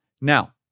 Now